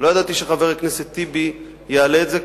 ולא ידעתי שחבר הכנסת טיבי יעלה את זה,